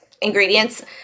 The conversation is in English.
ingredients